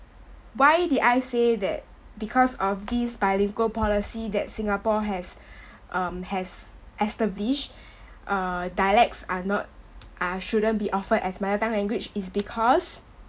why did I say that because of this bilingual policy that singapore has um has established uh dialects are not are shouldn't be offered as mother tongue language is because